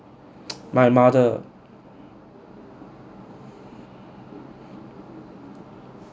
my mother